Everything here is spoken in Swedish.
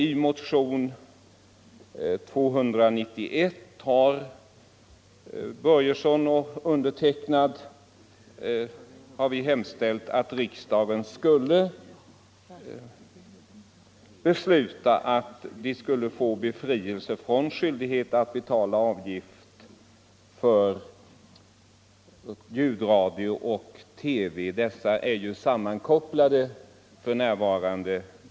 I motionen 291 har herr Torsdagen den Börjesson i Falköping och jag hemställt att riksdagen skulle besluta att 12 december 1974 dessa handikappade befrias från skyldigheten att betala avgift för ljudradio och TV -— de licenserna är ju sammankopplade för närvarande.